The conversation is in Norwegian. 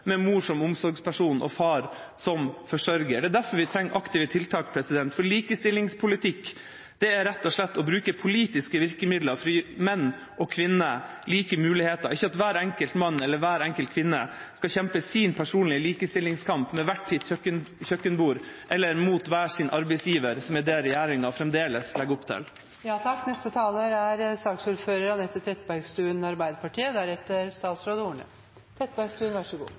med mor som omsorgsperson og far som forsørger. Det er derfor vi trenger aktive tiltak, for likestillingspolitikk er rett og slett å bruke politiske virkemidler for å gi menn og kvinner like muligheter – ikke at hver enkelt mann og kvinne skal kjempe sin personlige likestillingskamp, ved hvert sitt kjøkkenbord eller mot hver sin arbeidsgiver, som er det regjeringa fremdeles legger opp til.